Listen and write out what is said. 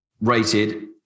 rated